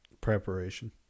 preparation